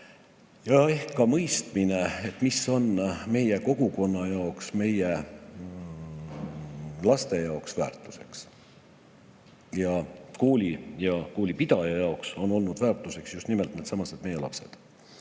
ja ehk ka mõistmine, mis on meie kogukonna jaoks, meie laste jaoks väärtuseks. Ja kooli ja koolipidaja jaoks on olnud väärtuseks just nimelt needsamad meie lapsed.